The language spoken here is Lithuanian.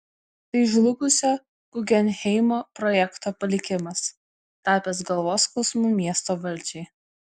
tai žlugusio guggenheimo projekto palikimas tapęs galvos skausmu miesto valdžiai